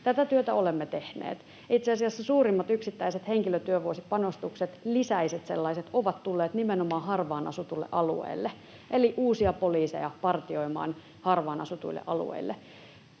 Tätä työtä olemme tehneet. Itse asiassa suurimmat yksittäiset henkilötyövuosipanostukset, lisäiset sellaiset, ovat tulleet nimenomaan harvaan asutuille alueille, eli uusia poliiseja on tullut partioimaan harvaan asutuille alueille.